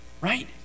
Right